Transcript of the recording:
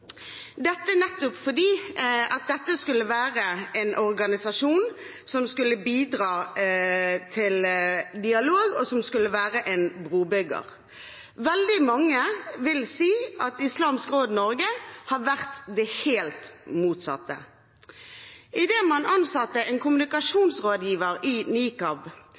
nettopp fordi dette skulle være en organisasjon som skulle bidra til dialog, og som skulle være en brobygger. Veldig mange vil si at Islamsk Råd Norge har vært det helt motsatte. Idet man ansatte en kommunikasjonsrådgiver i nikab,